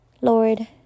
Lord